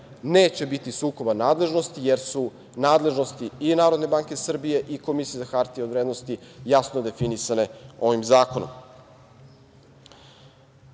Neće biti sukoba nadležnosti, jer su nadležnosti i NBS i Komisije za hartije od vrednosti jasno definisane ovim zakonom. Ovim